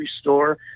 store